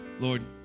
Lord